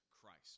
Christ